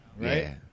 Right